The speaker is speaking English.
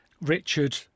Richard